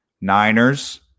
Niners